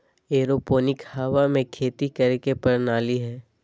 aeroponic हवा में खेती करे के प्रणाली हइ